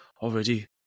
already